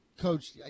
coach